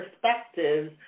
perspectives